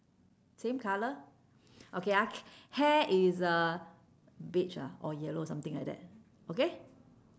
same colour okay ah hair is uh beige ah or yellow something like that okay